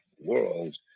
world